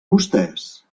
vostès